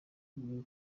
bibi